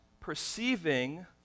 perceiving